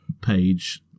page